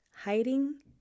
hiding